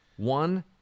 one